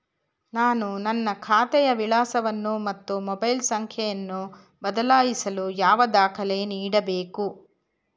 ನಾನು ನನ್ನ ಖಾತೆಯ ವಿಳಾಸವನ್ನು ಮತ್ತು ಮೊಬೈಲ್ ಸಂಖ್ಯೆಯನ್ನು ಬದಲಾಯಿಸಲು ಯಾವ ದಾಖಲೆ ನೀಡಬೇಕು?